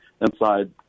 inside